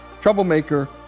troublemaker